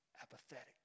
Apathetic